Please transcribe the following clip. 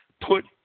put